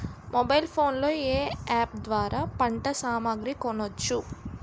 Mobile phone లో ఏ app ద్వారా పంట సామాగ్రి కొనచ్చు?